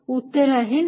उत्तर आहे नाही